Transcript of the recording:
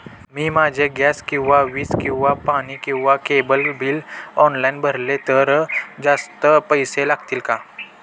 मी माझे गॅस किंवा वीज किंवा पाणी किंवा केबल बिल ऑनलाईन भरले तर जास्त पैसे लागतील का?